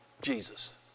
Jesus